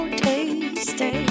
tasty